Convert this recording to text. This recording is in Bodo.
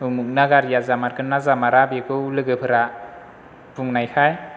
उमुगना गारिया जामारगोनना जामारा बेखौ लोगोफोरा बुंनायखाय